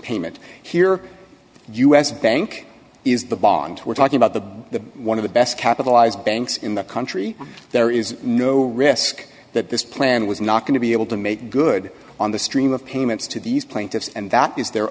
payment here us bank is the bond we're talking about the the one of the best capitalized banks in the country there is no risk that this plan was not going to be able to make good on the stream of payments to these plaintiffs and that is the